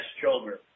children